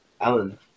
Alan